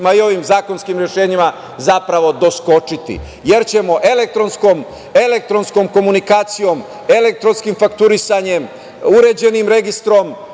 i ovim zakonskim rešenjima, zapravo doskočiti, jer ćemo elektronskom komunikacijom, elektronskim fakturisanjem, uređenim Registrom,